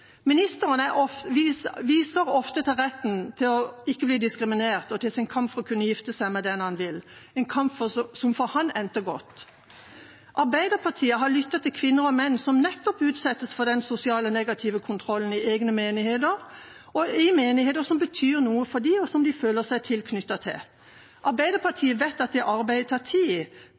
viser ofte til retten til ikke å bli diskriminert og til sin kamp for å kunne gifte seg med den han vil, en kamp som for han endte godt. Arbeiderpartiet har lyttet til kvinner og menn som utsettes for nettopp den sosiale negative kontrollen i egne menigheter, i menigheter som betyr noe for dem, og som de føler seg knyttet til. Arbeiderpartiet vet at det arbeidet tar tid, og derfor vil vi invitere til en kontinuerlig dialog i